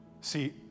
See